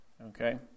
Okay